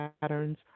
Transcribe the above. patterns